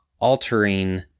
altering